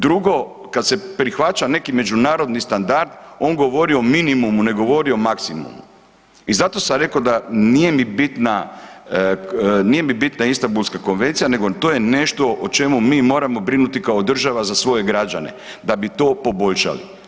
Drugo, kad se prihvaća neki međunarodni standard on govori o minimumu ne govori o maksimumu i zato sam reko da nije mi bitna, nije mi bitna Istambulska konvencija, nego to je nešto o čemu mi moramo brinuti kao država za svoje građane da bi to poboljšali.